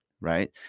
right